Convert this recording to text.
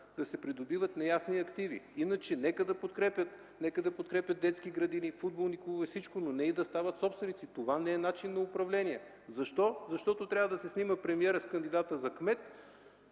да се придобиват неясни активи? Иначе нека да подкрепят детски градини, футболни клубове, всичко, но не и да стават собственици. Това не е начин на управление. Защо? Защото трябва да се снима премиерът с кандидата за кмет.